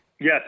Yes